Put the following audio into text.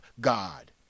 God